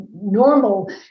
normal